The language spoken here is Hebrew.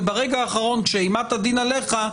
וברגע האחרון כשאימת הדין עליך,